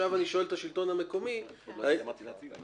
עכשיו אני שואל את השלטון המקומי --- לא גמרתי להציג.